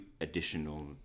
additional